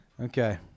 Okay